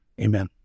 Amen